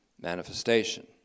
Manifestation